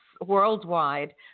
worldwide